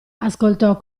ascoltò